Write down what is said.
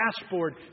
dashboard